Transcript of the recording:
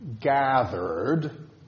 gathered